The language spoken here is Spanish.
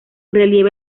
relieve